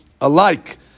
alike